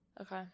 Okay